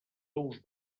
ous